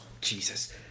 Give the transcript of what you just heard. Jesus